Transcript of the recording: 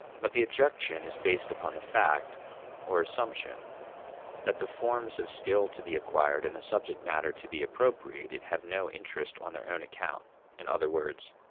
but the objection is based upon the fact or assumption that the forms of skill to be acquired and the subject matter to be appropriated have no interest on their own account in other words,